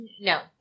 No